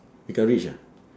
become rich ah